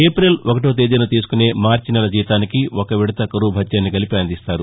April ఒకటో తేదీన తీసుకునే మార్చి నెల జీతానికి ఒక విడత కరవు భత్యాన్ని కలిపి అందిస్తారు